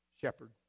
shepherd